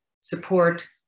support